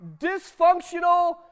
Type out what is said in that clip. dysfunctional